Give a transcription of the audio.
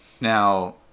Now